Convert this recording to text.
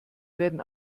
werden